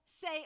say